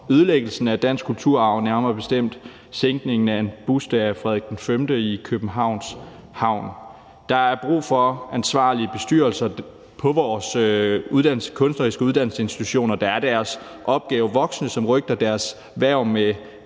ødelæggelsen af dansk kulturarv, nærmere bestemt sænkningen af en buste af Frederik V i Københavns Havn. Der er brug for ansvarlige bestyrelser på vores kunstneriske uddannelsesinstitutioner, der er deres opgave voksen, og som røgter deres hverv med